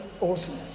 awesome